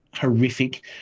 horrific